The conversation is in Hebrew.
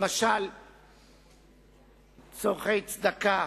צורכי צדקה,